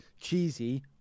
cheesy